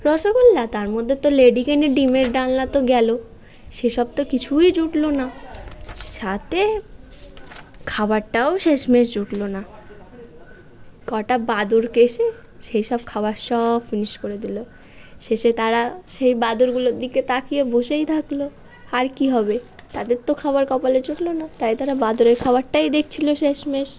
রসগোল্লা তার মধ্যে তো লেডিকেনি ডিমের ডালনা তো গেলো সেসব তো কিছুই জুটল না সাথে খাবারটাও শেষমেশ জুটল না কটা বাঁদর ক্ এসে সেসব খাবার সব ফিনিশ করে দিল শেষে তারা সেই বাঁদরগুলোর দিকে তাকিয়ে বসেই থাকল আর কী হবে তাদের তো খাবার কপালে জুটল না তাই তারা বাঁদরের খাবারটাই দেখছিল শেষমেশ